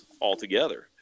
altogether